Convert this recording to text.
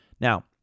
Now